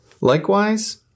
Likewise